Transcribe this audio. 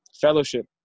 fellowship